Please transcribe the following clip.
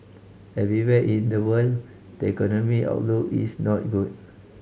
everywhere in the world the economy outlook is not good